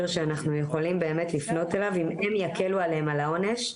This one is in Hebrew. שאנחנו יכולים באמת לפנות אליו אם הם יקבלו עליהם על העונש,